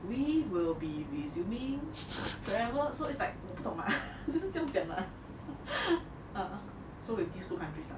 we will be resuming travel so it's like 我不懂啦 就是这样讲啦 ah so with these two countries lah